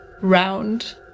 round